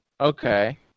Okay